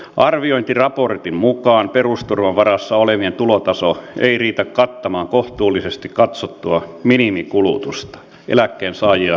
arviointiraportin mukaan perusturvan varassa olevien tulotaso ei riitä kattamaan kohtuulliseksi katsottua minimikulutusta eläkkeensaajia lukuun ottamatta